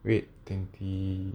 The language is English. wait twenty